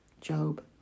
Job